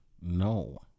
No